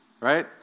Right